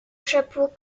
chapeau